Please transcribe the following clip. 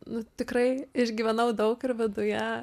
nu tikrai išgyvenau daug ir viduje